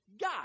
God